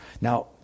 Now